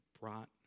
brought